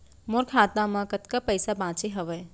मोर खाता मा कतका पइसा बांचे हवय?